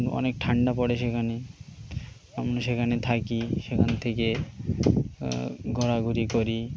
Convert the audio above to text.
অনেক ঠান্ডা পড়ে সেখানে সেখানে থাকি সেখান থেকে ঘোরাঘুরি করি